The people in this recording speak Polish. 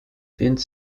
więc